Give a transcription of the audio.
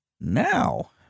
now